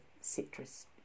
citrus